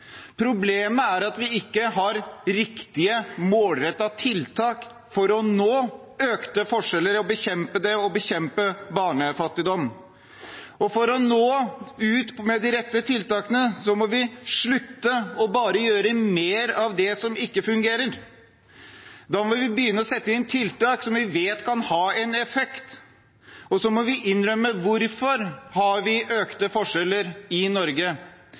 Problemet er at vi ikke har riktige, målrettede tiltak for å bekjempe økte forskjeller og barnefattigdom. For å nå ut med de rette tiltakene må vi slutte med bare å gjøre mer av det som ikke fungerer. Vi må begynne å sette inn tiltak som vi vet kan ha en effekt, og så må vi erkjenne hvorfor vi har økte forskjeller i Norge.